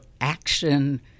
action